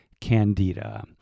Candida